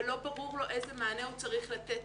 אבל לא ברור לו איזה מענה הוא צריך לתת,